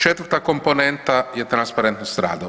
Četvrta komponenta je transparentnost rada.